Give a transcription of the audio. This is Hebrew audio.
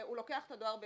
הוא לוקח את הדואר בדואר.